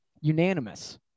unanimous